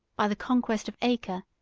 by the conquest of acre,